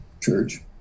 Church